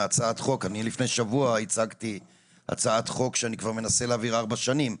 מהצעת חוק: לפני שבוע הצגתי הצעת חוק שאני מנסה להעביר כבר ארבע שנים,